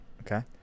okay